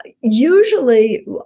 usually